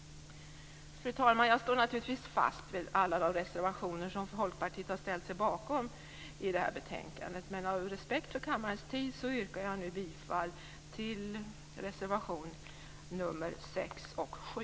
Fru talman! Jag står naturligtvis fast vid alla de reservationer som Folkpartiet har ställt sig bakom i detta betänkande, men av respekt för kammarens tid yrkar jag nu bifall endast till reservation nr 6 och 7.